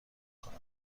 کنم